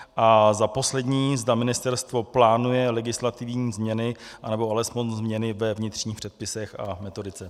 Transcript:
A za poslední, zda ministerstvo plánuje legislativní změny anebo alespoň změny ve vnitřních předpisech a metodice.